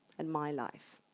and my life.